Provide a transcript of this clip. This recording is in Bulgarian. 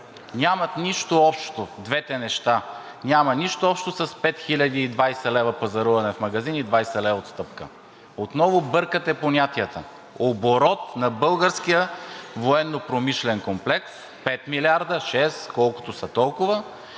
нямат нищо общо двете неща. Няма нищо общо с 5020 лв. пазаруване в магазин и 20 лв. отстъпка. Отново бъркате понятията. Оборот на българския Военнопромишлен комплекс 5 – 6 милиарда, колкото са толкова,